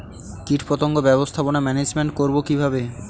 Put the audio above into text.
কীটপতঙ্গ ব্যবস্থাপনা ম্যানেজমেন্ট করব কিভাবে?